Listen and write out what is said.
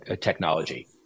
technology